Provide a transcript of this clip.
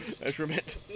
measurement